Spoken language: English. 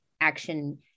action